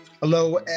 Hello